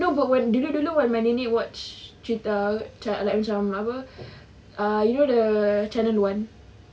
no but dulu-dulu when my nenek watch cerita like macam apa uh you know the channel one